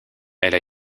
elle